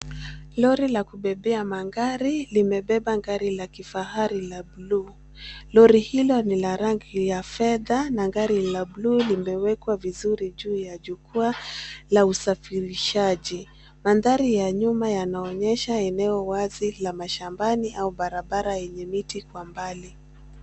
Lori la kubebea magari limebeba gari la kifahari la blue . Lori hilo ni la rangi ya fedha na gari la blue limewekwa vizuri juu ya jukwaa la usafirishaji. Mandhari ya nyuma yanaonyesha eneo wazi la mashambani au barabara yenye miti kwa mbali.